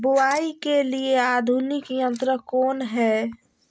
बुवाई के लिए आधुनिक यंत्र कौन हैय?